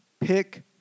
Pick